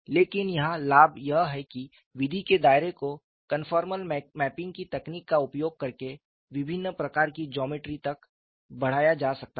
लेकिन यहाँ लाभ यह है कि विधि के दायरे को कन्फोर्मल मैपिंग की तकनीक का उपयोग करके विभिन्न प्रकार की ज्योमेट्री तक बढ़ाया जा सकता है